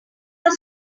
are